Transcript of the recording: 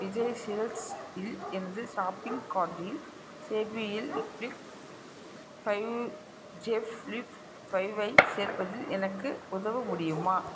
விஜய் சேல்ஸ் இல் எனது ஷாப்பிங் கார்ட்டில் ஜேபிஎல் ஃபிளிப் ஃபைவ் ஜேப்ஃபில் ஃபைவை சேர்ப்பதில் எனக்கு உதவ முடியுமா